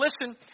listen